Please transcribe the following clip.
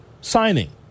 signing